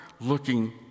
looking